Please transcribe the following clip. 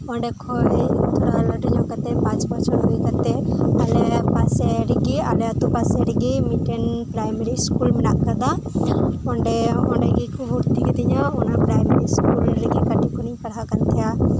ᱚᱸᱰᱮ ᱠᱷᱚᱱ ᱛᱷᱚᱲᱟ ᱞᱟᱹᱴᱩᱧᱚᱜ ᱠᱟᱛᱮᱜ ᱯᱟᱸᱪ ᱵᱚᱪᱷᱚᱨ ᱵᱚᱪᱷᱚᱨ ᱦᱩᱭ ᱠᱟᱛᱮᱫ ᱟᱞᱮ ᱯᱟᱥᱮ ᱨᱮᱜᱮ ᱟᱞᱮ ᱟᱛᱳ ᱯᱟᱥᱮᱨᱮᱜᱮ ᱢᱤᱫᱴᱮᱱ ᱯᱨᱟᱭᱢᱟᱨᱤ ᱥᱠᱩᱞ ᱢᱮᱱᱟᱜ ᱟᱠᱟᱫᱟ ᱚᱸᱰᱮ ᱚᱸᱰᱮ ᱜᱮᱠᱚ ᱵᱷᱚᱨᱛᱤ ᱠᱮᱫᱤᱧᱟ ᱚᱱᱟ ᱯᱨᱟᱭᱢᱟᱨᱤ ᱤᱥᱠᱩᱞ ᱨᱮᱜᱮ ᱠᱟᱹᱴᱤᱡ ᱠᱷᱚᱱᱤᱧ ᱯᱟᱲᱦᱟᱜ ᱠᱟᱱᱛᱟᱦᱮᱱᱟ